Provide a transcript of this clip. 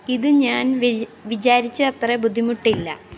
ഇത് ഞാൻ വിചാരിച്ച അത്ര ബുദ്ധിമുട്ടില്ല